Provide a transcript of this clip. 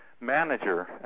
manager